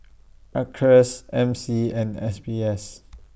Acres M C and S B S